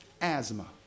asthma